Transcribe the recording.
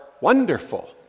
Wonderful